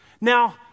Now